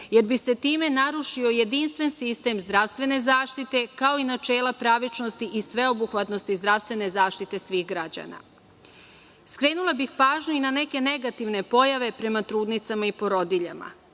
jer bi se time narušio jedinstven sistem zdravstvene zaštite, kao i načela pravičnosti i sveobuhvatnosti zdravstvene zaštite svih građana. Skrenula bih pažnju i na neke negativne pojave prema trudnicama i porodiljama: